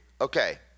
Okay